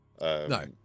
No